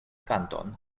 kanton